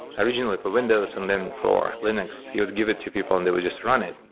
originally for windows, and then for linux. you would give it to people and they would just run it.